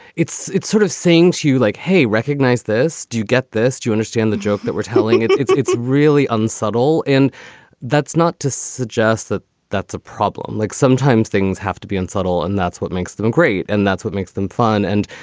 it's it's sort of things you like, hey, recognize this? do you get this? you understand the joke that we're telling? it's it's really unsubtle. and that's not to suggest that that's a problem. like sometimes things have to be unsubtle and that's what makes them great. and that's what makes them fun. and,